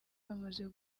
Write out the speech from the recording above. bamaze